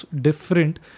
different